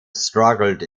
struggled